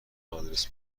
آدرس